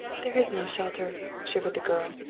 there is no shelter, shivered the girl.